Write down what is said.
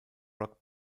rock